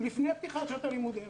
אחד לקיאק,